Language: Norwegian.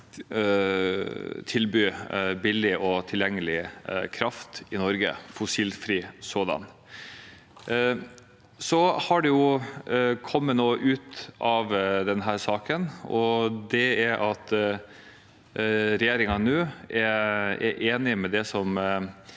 tilby billig og tilgjengelig kraft i Norge – fossilfri sådan. Det har kommet noe ut av denne saken, og det er at regjeringen nå er enig i det som